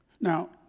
Now